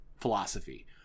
philosophy